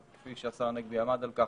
כפי שהשר הנגבי עמד על כך,